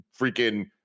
freaking